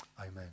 amen